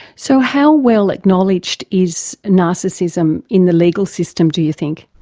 so how well acknowledged is narcissism in the legal system, do you think?